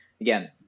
again